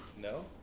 no